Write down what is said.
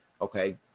okay